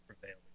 prevail